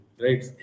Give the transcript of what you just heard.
right